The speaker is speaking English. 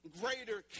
greater